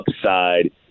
upside